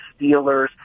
Steelers